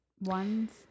ones